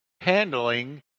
handling